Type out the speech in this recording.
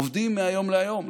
עובדים מהיום להיום,